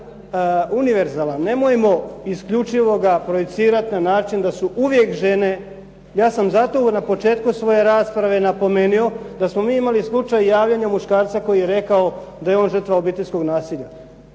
nasilja univerzalan. Nemojmo isključivoga projicirati na način da su uvijek žene. Ja sam zato na početku svoje rasprave napomenuo da smo mi imali slučaj javljanja muškarca koji je rekao da je on žrtva obiteljskog nasilja.